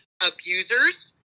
abusers